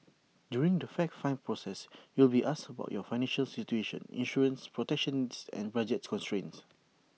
during the fact find process you will be asked about your financial situation insurance protections and budget constraints